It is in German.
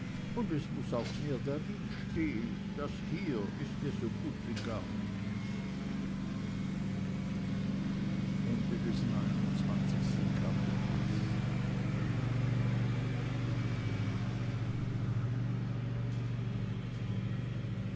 und es muß auch mehr darin stehen das hier ist ja so gut wie gar nichts